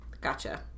Gotcha